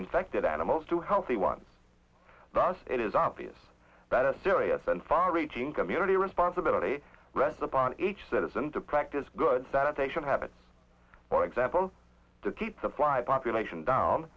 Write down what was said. infected animals to healthy ones it is obvious that a serious and far reaching community responsibility rests upon each citizen to practice good sanitation habits for example to keep the flyby opulent down